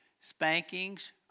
Spankings